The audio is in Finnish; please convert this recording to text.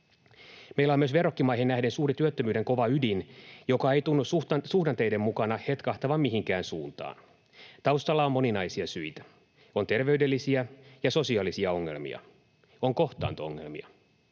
Meillä on myös verrokkimaihin nähden suuri työttömyyden kova ydin, joka ei tunnu suhdanteiden mukana hetkahtavan mihinkään suuntaan. Taustalla on moninaisia syitä: On terveydellisiä ja sosiaalisia ongelmia. On kohtaanto-ongelmia.